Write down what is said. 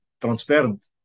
transparent